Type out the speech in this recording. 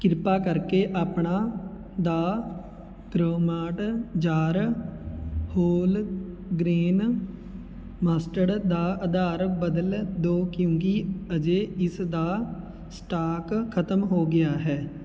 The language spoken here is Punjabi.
ਕ੍ਰਿਪਾ ਕਰਕੇ ਆਪਣਾ ਦਾ ਗ੍ਰੋਮਾਟ ਜਾਰ ਹੋਲਗ੍ਰੇਨ ਮਸਟਰਡ ਦਾ ਅਧਾਰ ਬਦਲ ਦਿਓ ਕਿਉਂਕਿ ਅਜੇ ਇਸ ਦਾ ਸਟਾਕ ਖਤਮ ਹੋ ਗਿਆ ਹੈ